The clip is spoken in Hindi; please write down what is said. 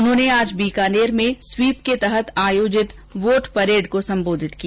उन्होंने आज बीकानेर में स्वीप के तहत आयोजित वोट परेड को संबोधित किया